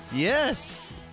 Yes